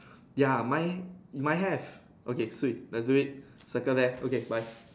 ya mine mine have okay sweet lets do it circle there okay bye